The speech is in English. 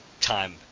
time